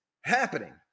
happening